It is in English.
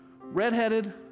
redheaded